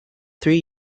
three